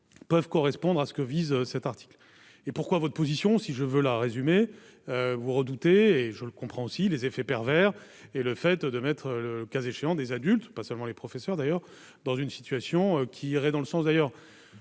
Peuvent correspondre à ce que vise cet article et pourquoi votre position si je veux la résumer, vous redoutez et je le comprends, aussi les effets pervers et le fait de mettre, le cas échéant des adultes, pas seulement les professeurs d'ailleurs dans une situation qui irait dans le sens d'ailleurs